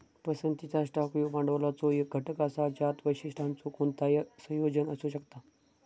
पसंतीचा स्टॉक ह्यो भांडवलाचो एक घटक असा ज्यात वैशिष्ट्यांचो कोणताही संयोजन असू शकता